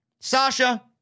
Sasha